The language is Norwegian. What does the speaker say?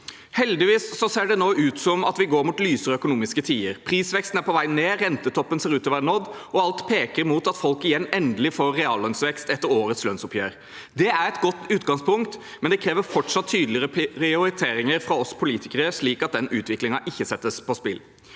Heldigvis ser det nå ut som at vi går mot lysere økonomiske tider. Prisveksten er på vei ned, rentetoppen ser ut til å være nådd, og alt peker igjen mot at folk endelig får reallønnsvekst etter årets lønnsoppgjør. Det er et godt utgangspunkt, men det krever fortsatt tydelige prioriteringer fra oss politikere, slik at den utviklingen ikke settes på spill.